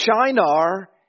Shinar